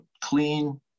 clean